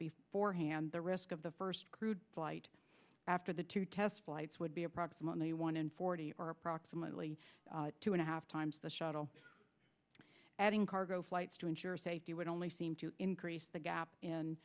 before hand the risk of the first flight after the two test flights would be approximately one in forty or approximately two and a half times the shuttle adding cargo flights to ensure safety would only seem to increase the gap